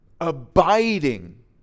abiding